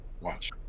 Watch